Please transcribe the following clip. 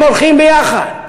הם הולכים ביחד.